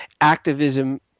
activism